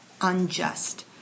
unjust